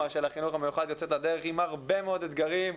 של החינוך המיוחד יוצאת לדרך עם הרבה מאוד אתגרים.